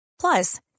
Plus